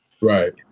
Right